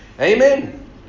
Amen